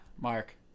Mark